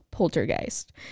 poltergeist